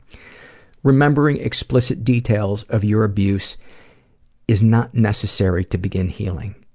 remembering explicit details of your abuse is not necessary to begin healing.